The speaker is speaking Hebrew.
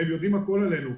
הם יודעים הכול עלינו.